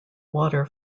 water